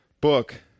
book